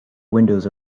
windows